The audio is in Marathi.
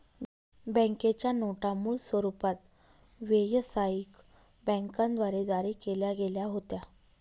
बँकेच्या नोटा मूळ स्वरूपात व्यवसायिक बँकांद्वारे जारी केल्या गेल्या होत्या